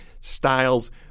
styles